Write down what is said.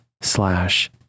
slash